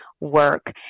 work